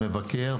למבקר,